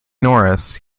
norris